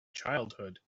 childhood